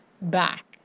back